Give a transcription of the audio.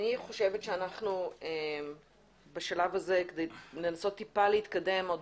אני חושבת שאנחנו בשלב הזה כדי לנסות טיפה להתקדם עוד,